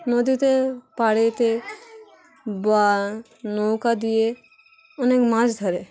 নদীতে পাড়তে বা নৌকা দিয়ে অনেক মাছ ধরে